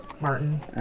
Martin